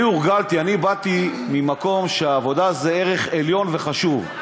אני באתי ממקום שהעבודה זה ערך עליון וחשוב.